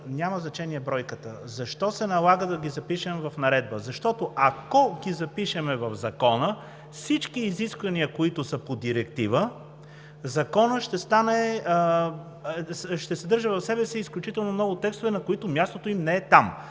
няма значение бройката. Защо се налага да ги запишем в наредба? Защото ако запишем в Закона всички изисквания, които са по Директива, Законът ще съдържа изключително много текстове, на които мястото им не е там.